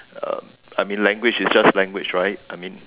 um I mean language is just language right I mean